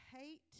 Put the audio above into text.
hate